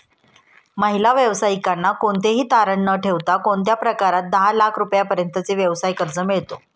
महिला व्यावसायिकांना कोणतेही तारण न ठेवता कोणत्या प्रकारात दहा लाख रुपयांपर्यंतचे व्यवसाय कर्ज मिळतो?